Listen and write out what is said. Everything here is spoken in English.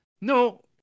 No